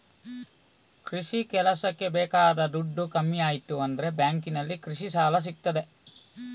ಕೃಷಿ ಕೆಲಸಕ್ಕೆ ಬೇಕಾದ ದುಡ್ಡು ಕಮ್ಮಿ ಆಯ್ತು ಅಂದ್ರೆ ಬ್ಯಾಂಕಿನಲ್ಲಿ ಕೃಷಿ ಸಾಲ ಸಿಗ್ತದೆ